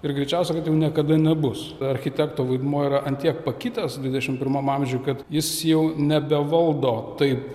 ir greičiausia kad jau niekada nebus architekto vaidmuo yra ant tiek pakitęs dvidešim pirmam amžiuj kad jis jau nebevaldo taip